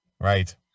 Right